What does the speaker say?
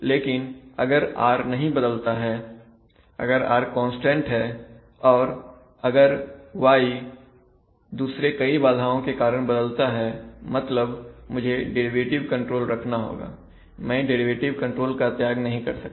लेकिन अगर r नहीं बदलता है अगर r कांस्टेंट हैऔर अगर y दूसरे कई बाधाओं के कारण बदलता है मतलब मुझे डेरिवेटिव कंट्रोल रखना होगा मैं डेरिवेटिव कंट्रोल का त्याग नहीं कर सकता